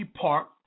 Park